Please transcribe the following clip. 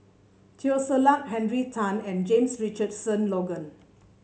Teo Ser Luck Henry Tan and James Richardson Logan